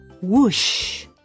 Whoosh